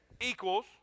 Equals